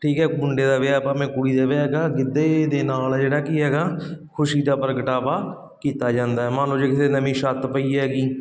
ਠੀਕ ਹੈ ਮੁੰਡੇ ਦਾ ਵਿਆਹ ਭਾਵੇਂ ਕੁੜੀ ਦਾ ਵਿਆਹ ਹੈਗਾ ਗਿੱਧੇ ਦੇ ਨਾਲ ਜਿਹੜਾ ਕੀ ਹੈਗਾ ਖੁਸ਼ੀ ਦਾ ਪ੍ਰਗਟਾਵਾ ਕੀਤਾ ਜਾਂਦਾ ਮਨ ਲਓ ਜੇ ਕਿਸੇ ਦੇ ਨਵੀਂ ਛੱਤ ਪਈ ਹੈਗੀ